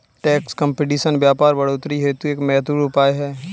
tax competition व्यापार बढ़ोतरी हेतु एक महत्वपूर्ण उपाय है